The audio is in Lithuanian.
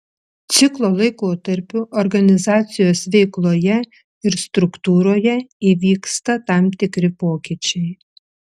ciklo laikotarpiu organizacijos veikloje ir struktūroje įvyksta tam tikri pokyčiai